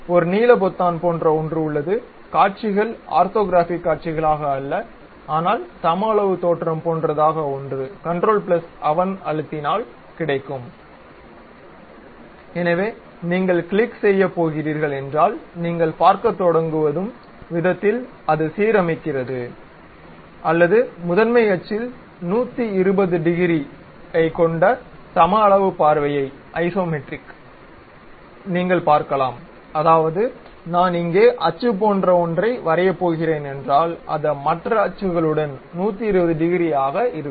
ஒரு நீல பொத்தான் போன்ற ஒன்று உள்ளது காட்சிகள் ஆர்த்தோகிராஃபிக் காட்சிகளாக அல்ல ஆனால் சமஅளவுத் தோற்றம் போன்றதாக ஒன்று கன்ட்ரோல் 7 அழுத்தினால் கிடைக்கும் எனவே நீங்கள் கிளிக் செய்யப் போகிறீர்கள் என்றால் நீங்கள் பார்க்கத் தொடங்கும் விதத்தில் அது சீரமைக்கிறது அல்லது முதன்மை அச்சில் 120 டிகிரி ஐக் கொண்ட சமஅளவுப்பார்வையைஐசோமெட்ரிக் நீங்கள் பார்கலாம் அதாவது நான் இங்கே அச்சு போன்ற ஒன்றை வரையப் போகிறேன் என்றால் அது மற்ற அச்சுக்ளுடன் 120 டிகிரி ஆக இருக்கும்